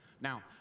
Now